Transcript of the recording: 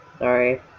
Sorry